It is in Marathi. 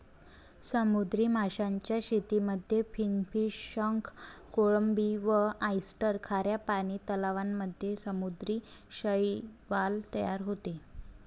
समुद्री माशांच्या शेतीमध्ये फिनफिश, शंख, कोळंबी व ऑयस्टर, खाऱ्या पानी तलावांमध्ये समुद्री शैवाल तयार होते